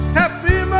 happy